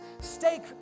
Steak